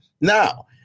Now